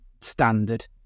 standard